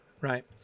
right